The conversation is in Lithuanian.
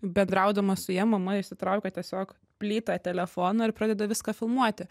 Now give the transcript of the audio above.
bendraudama su ja mama išsitraukia tiesiog plytą telefoną ir pradeda viską filmuoti